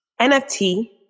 NFT